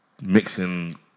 mixing